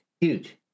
huge